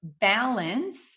balance